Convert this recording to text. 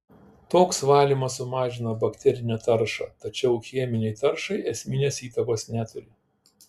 toks valymas sumažina bakterinę taršą tačiau cheminei taršai esminės įtakos neturi